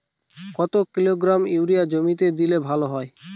কত kilogram urea জমিতে দিলে ভালো হয়?